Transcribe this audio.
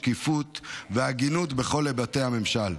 שקיפות והגינות בכל היבטי הממשל.